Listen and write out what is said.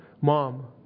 Mom